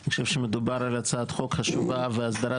אני חושב שמדובר על הצעת חוק חשובה והסדרת